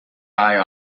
eye